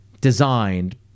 designed